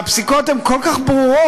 והפסיקות הן כל כך ברורות.